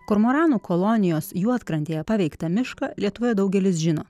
kormoranų kolonijos juodkrantėje paveiktą mišką lietuvoje daugelis žino